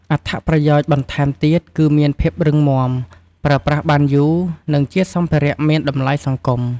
អត្ថប្រយោជន៍បន្ថែមទៀតគឺមានភាពរឹងមាំ ប្រើប្រាស់បានយូរ និងជាសម្ភារៈមានតម្លៃសង្គម។